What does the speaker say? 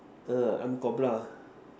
uh I'm cobra